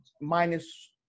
minus